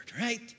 Right